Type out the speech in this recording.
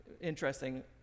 interesting